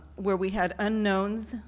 where we had unknowns,